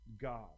God